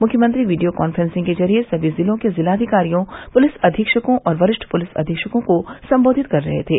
मुख्यमंत्री video conferencing के जरिये सभी जिलों के जिलाधिकारियों पुलिस अपीक्षकों और वरिष्ठ पुलिस अवीक्षकों को सम्बोधित कर रहे थे